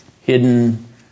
hidden